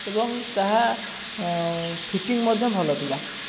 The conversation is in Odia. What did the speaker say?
ଏବଂ ତାହା ଫିଟିଙ୍ଗ ମଧ୍ୟ ଭଲ ଥିଲା